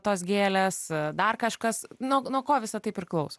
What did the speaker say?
tos gėlės dar kažkas nuo nuo ko visa tai priklauso